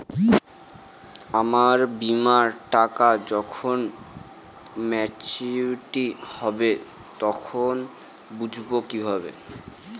আমার বীমার টাকা যখন মেচিওড হবে তখন বুঝবো কিভাবে?